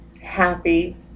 happy